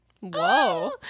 Whoa